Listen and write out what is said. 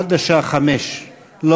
לשעה 17:00,